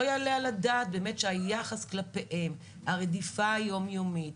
לא יעלה על הדעת היחס כלפיהן, הרדיפה היום יומית,